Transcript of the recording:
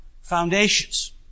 Foundations